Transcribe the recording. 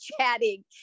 chatting